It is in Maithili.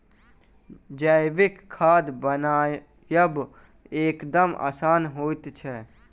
जैविक खाद बनायब एकदम आसान होइत छै